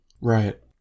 Right